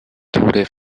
tode